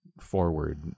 forward